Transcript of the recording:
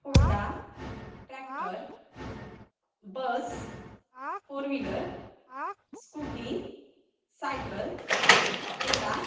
Honda tractor bus four wheeler scooty cycle ola